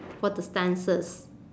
for the stances